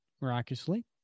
miraculously